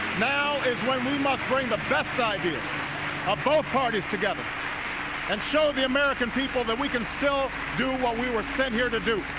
now is when we must bring the best ideas of both parties together and show the american people that we can still do what we were sent here to do,